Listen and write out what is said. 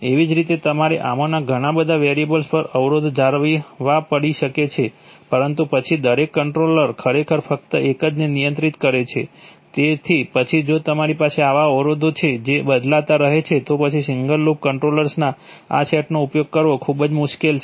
એવી જ રીતે તમારે આમાંના ઘણા બધા વેરિયેબલ્સ પર અવરોધો જાળવવા પડી શકે છે પરંતુ પછી દરેક કંટ્રોલર ખરેખર ફક્ત એકને જ નિયંત્રિત કરે છે તેથી પછી જો તમારી પાસે આવા અવરોધો છે જે બદલાતા રહે છે તો પછી સિંગલ લૂપ કંટ્રોલર્સના આ સેટનો ઉપયોગ કરવો ખૂબ મુશ્કેલ છે